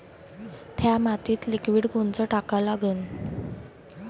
थ्या मातीत लिक्विड कोनचं टाका लागन?